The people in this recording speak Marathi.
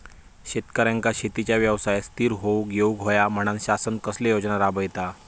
शेतकऱ्यांका शेतीच्या व्यवसायात स्थिर होवुक येऊक होया म्हणान शासन कसले योजना राबयता?